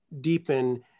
deepen